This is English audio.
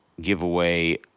giveaway